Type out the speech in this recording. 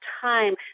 time